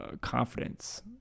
confidence